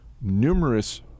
numerous